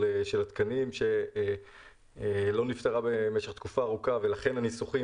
התקנים שלא נפתרה במשך תקופה ארוכה ולכן הניסוחים